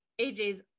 aj's